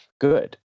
good